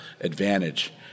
advantage